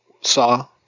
saw